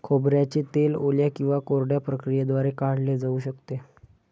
खोबऱ्याचे तेल ओल्या किंवा कोरड्या प्रक्रियेद्वारे काढले जाऊ शकते